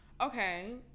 Okay